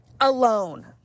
alone